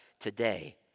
today